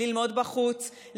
ללמוד בחוץ,